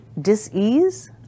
dis-ease